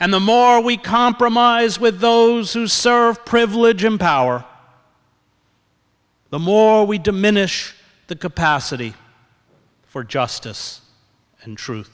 and the more we compromise with those who serve privilege in power the more we diminish the capacity for justice and tru